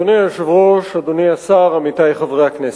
אדוני היושב-ראש, אדוני השר, עמיתי חברי הכנסת,